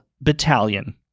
battalion